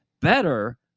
better